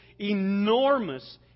enormous